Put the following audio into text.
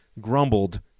grumbled